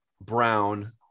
Brown